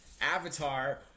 Avatar